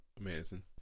Amazing